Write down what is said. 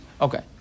Okay